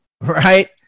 right